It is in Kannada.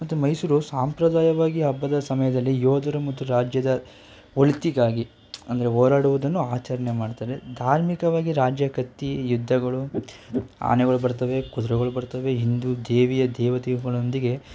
ಮತ್ತು ಮೈಸೂರು ಸಂಪ್ರದಾಯವಾಗಿ ಹಬ್ಬದ ಸಮಯದಲ್ಲಿ ಯೋಧರು ಮತ್ತು ರಾಜ್ಯದ ಒಳಿತಿಗಾಗಿ ಅಂದರೆ ಹೋರಾಡುವುದನ್ನು ಆಚರಣೆ ಮಾಡ್ತಾರೆ ಧಾರ್ಮಿಕವಾಗಿ ರಾಜ್ಯ ಕತ್ತಿ ಯುದ್ಧಗಳು ಆನೆಗಳು ಬರ್ತವೆ ಕುದುರೆಗಳು ಬರ್ತವೆ ಹಿಂದೂ ದೇವಿಯ ದೇವತೆಗಳೊಂದಿಗೆ